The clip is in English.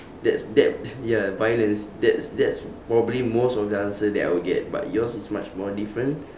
that's that ya violence that's that's probably most of the answer that I will get but yours is much more different